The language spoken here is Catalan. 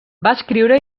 escriure